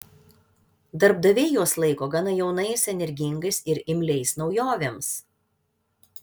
darbdaviai juos laiko gana jaunais energingais ir imliais naujovėms